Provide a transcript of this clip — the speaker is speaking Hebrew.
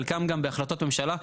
חלקם גם בהחלטות ממשלה,